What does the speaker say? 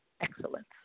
excellence